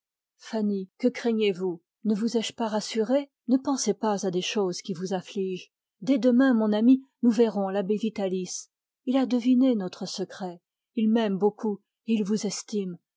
fanny que craignez-vous ne vous ai-je pas rassurée ne pensez pas à des choses qui vous affligent dès demain mon amie nous verrons l'abbé vitalis il a deviné notre secret il m'aime beaucoup et il vous estime